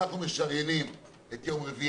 שאנחנו משריינים -- אמרתי את זה, דרך אגב.